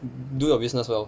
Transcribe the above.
do your business well